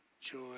joy